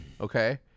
okay